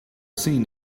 seen